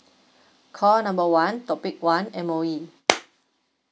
call number one topic one M_O_E